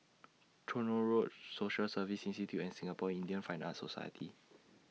Tronoh Road Social Service Institute and Singapore Indian Fine Arts Society